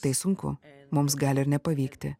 tai sunku mums gali ir nepavykti